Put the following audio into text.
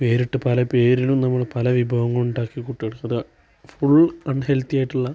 പേരിട്ട് പല പേരിനും നമ്മള് പല വിഭവങ്ങൾ ഉണ്ടാക്കി കുട്ടികൾക്കത് ഫുൾ അൺ ഹെൽത്തിയായിട്ടുള്ള